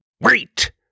Wait